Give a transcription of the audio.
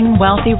Wealthy